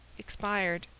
expired.